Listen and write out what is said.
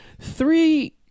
three